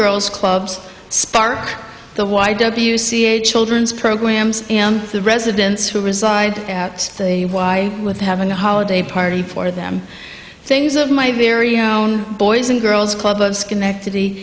girls clubs spark the y w c a children's programs the residents who reside at the y with having a holiday party for them things of my very own boys and girls club of schenectady